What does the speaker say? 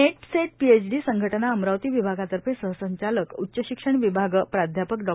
net SET PhD संघटना अमरावती विभागातर्फे सहसंचालक उच्च शिक्षण विभागाचे प्राध्यापक डॉ